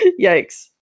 Yikes